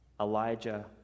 Elijah